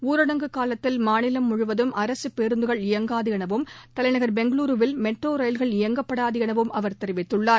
ஊரடங்கு காலத்தில் மாநிலம் முழுவதும் அரசு பேருந்துகள் இயங்காது எனவும் தலைநகர் பெங்களூருவில் மெட்ரோ ரயில்கள் இயக்கப்படாது எனவும் அவர் தெரிவித்துள்ளார்